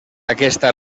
aquesta